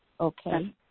Okay